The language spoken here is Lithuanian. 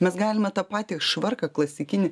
mes galime tą patį švarką klasikinį